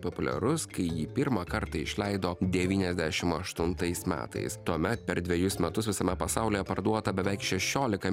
populiarus kai jį pirmą kartą išleido devyniasdešim aštuntais metais tuomet per dvejus metus visame pasaulyje parduota beveik šešiolika